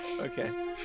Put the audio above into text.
Okay